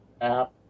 App